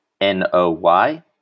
N-O-Y